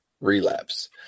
relapse